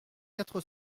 quatre